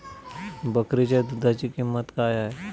बकरीच्या दूधाची किंमत काय आहे?